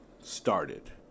started